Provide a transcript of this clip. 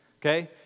Okay